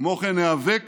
כמו כן, ניאבק